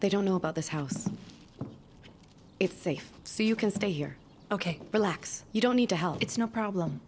they don't know about this house if they say you can stay here ok relax you don't need to help it's no problem